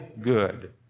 good